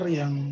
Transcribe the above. yang